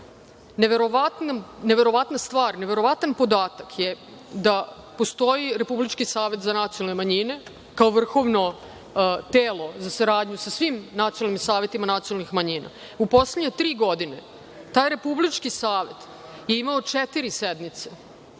Neverovatna stvar, neverovatan podatak je da postoji Republički savet za nacionalne manjine kao vrhovno telo za saradnju sa svim nacionalnim savetima nacionalnih manjina. U poslednje tri godine taj Republički savet je imao četiri sednice.